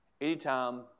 anytime